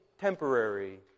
temporary